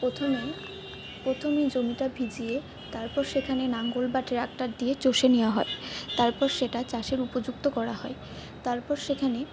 প্রথমে প্রথমে জমিটা ভিজিয়ে তারপর সেখানে লাঙল বা ট্রাক্টর দিয়ে চষে নেওয়া হয় তারপর সেটা চাষের উপযুক্ত করা হয় তারপর সেখানে